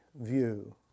view